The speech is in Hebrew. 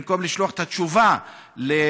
במקום לשלוח את התשובה לבית-המשפט.